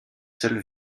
seuls